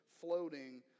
floating